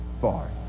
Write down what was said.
far